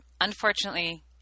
Unfortunately